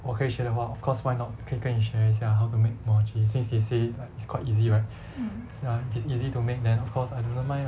我可以学的话 of course why not 我可以跟你学一下 how to make muah chee since 你 say it's quite easy right it's like if it's easy to make then of course I don't mind lah